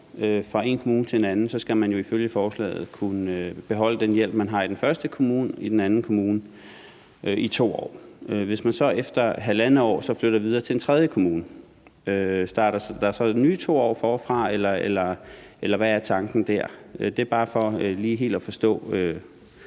fra én kommune til en anden, skal man jo ifølge forslaget kunne beholde den hjælp, man har i den første kommune, i den anden kommune i 2 år. Hvis man så efter halvandet år flytter videre til en tredje kommune, starter de 2 år så forfra på ny, eller hvad er tanken dér? Det er bare for helt at forstå